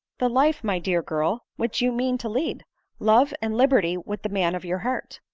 the life, my dear girl, which you mean to lead love and liberty with the man of your heart.